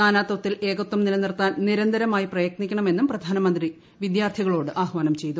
നാനാത്വത്തിൽ ഏകത്വം നിലനിർത്താൻ നിരന്തരമായി പ്രയത്നിക്കണമെന്നും പ്രധാനമന്ത്രി വിദ്യാർത്ഥികളോട് ആഹാനം ചെയ്തു